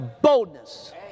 boldness